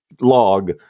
log